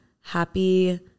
happy